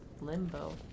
limbo